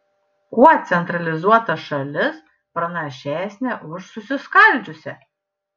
kuo centralizuota šalis pranašesnė už susiskaldžiusią